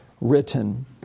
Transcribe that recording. Written